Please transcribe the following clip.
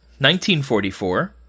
1944